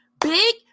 big